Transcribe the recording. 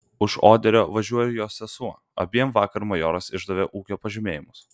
už oderio važiuoja ir jos sesuo abiem vakar majoras išdavė ūkio pažymėjimus